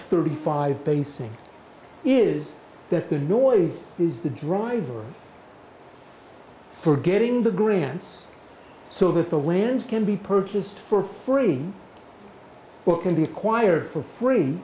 thirty five basing is that the noise is the driver for getting the grants so that the land can be purchased for free what can be acquired for free